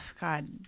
god